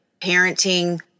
parenting